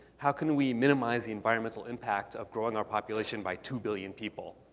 how can we minimize the environmental impact of growing our population by two billion people?